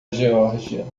geórgia